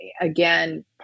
again